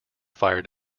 fire